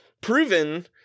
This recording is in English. proven